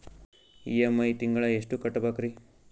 EMI ತಿಂಗಳ ಎಷ್ಟು ಕಟ್ಬಕ್ರೀ?